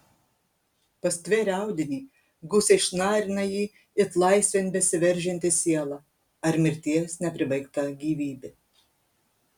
pastvėrę audinį gūsiai šnarina jį it laisvėn besiveržianti siela ar mirties nepribaigta gyvybė